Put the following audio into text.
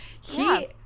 he-